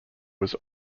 was